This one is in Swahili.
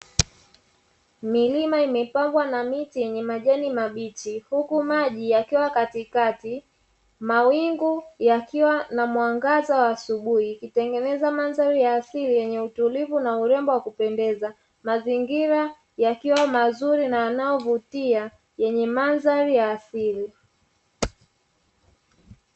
Milima imepambwa na miti yenye majani mabichi, huku maji yakiwa katikati. Mawingu yakiwa na mwangaza wa asubuhi, ikitengeneza mandhari ya asili yenye utulivu urembo wa kupendeza. Mazingira yakiwa mazuri na yanayovutia, yenye mandhari ya asili.